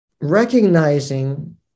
recognizing